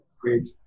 Great